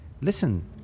listen